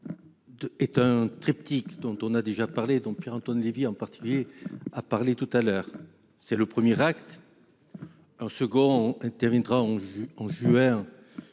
est un triptyque dont on a déjà parlé donc Pierre-Antoine Levi en particulier a parlé tout à l'heure, c'est le premier acte. Un second interviendra en vue